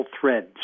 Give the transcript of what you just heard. threads